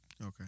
okay